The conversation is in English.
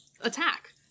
attack